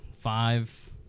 Five